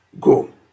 go